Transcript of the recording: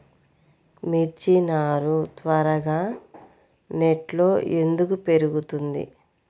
మిర్చి నారు త్వరగా నెట్లో ఎందుకు పెరుగుతుంది?